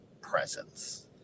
presence